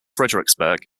fredericksburg